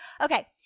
Okay